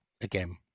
again